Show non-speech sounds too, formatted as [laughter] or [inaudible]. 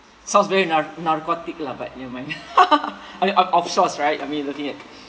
sounds very nar~ narcotic lah but never mind [laughs] okay off~ offshores right I mean looking at